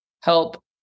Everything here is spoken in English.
help